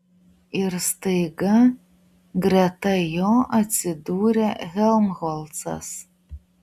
ir staiga greta jo atsidūrė helmholcas